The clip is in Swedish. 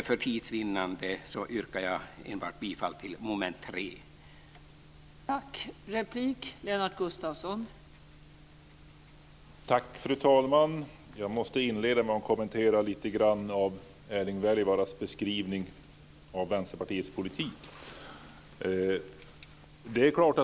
För tids vinnande yrkar jag bifall enbart till den del som rör mom. 3.